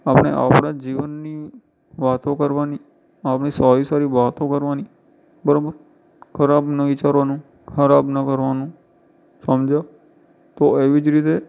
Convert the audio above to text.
આપણે આપણાં જીવનની વાતો કરવાની આપણે સારી સારી વાતો કરવાની બરાબર ખરાબ નહીં વિચારવાનું ખરાબ ન કરવાનું સમજો તો એવી જ રીતે